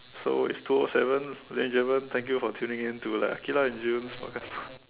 so it's two O seven ladies and gentlemen thank you for tuning in to the Aqilah and June's podcast